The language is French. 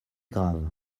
graves